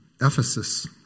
Ephesus